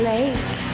Lake